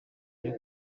byo